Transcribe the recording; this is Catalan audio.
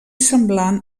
semblant